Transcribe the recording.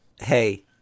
Hey